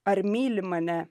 ar myli mane